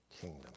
kingdom